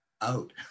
out